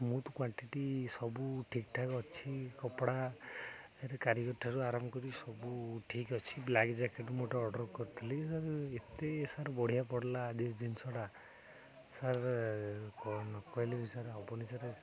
smooth quantity ସବୁ ଠିକ୍ଠାକ୍ ଅଛି କପଡ଼ାରେ କାରିଗରଠାରୁ ଆରମ୍ଭ କରି ସବୁ ଠିକ୍ ଅଛି ବ୍ଲାକ୍ ଜ୍ୟାକେଟ୍ ମୁଁ ଗୋଟେ ଅର୍ଡ଼ର୍ କରିଥିଲି ସାର୍ ଏତେ ସାର୍ ବଢ଼ିଆ ପଡ଼ିଲା ଆଜି ଜିନିଷଟା ସାର୍ ନକହିଲେ ବି ହେବନି ସାର୍